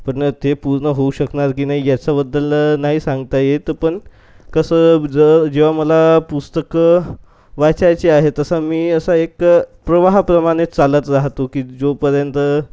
पण ते पूर्ण होऊ शकणार की नाही याच्याबद्दल नाही सांगता येत पण कसं जर जेव्हा मला पुस्तकं वाचायचे आहे तसं मी असं एक प्रवाहाप्रमाणे चालत राहतो की जोपर्यंत